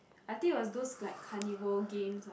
I think it was those like carnival games ah